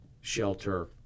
shelter